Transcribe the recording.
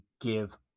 give